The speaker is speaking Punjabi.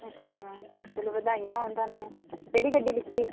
ਅੱਛਾ ਮੈਮ ਚਲੋ ਵਧਾਈਆਂ ਹੋਣ ਤੁਹਾਨੂੰ ਕਿਹੜੀ ਗੱਡੀ ਲਿਤੀ